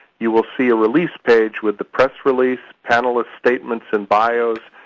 you will see a release page with the press release, panelists' statements and bios,